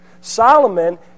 Solomon